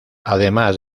además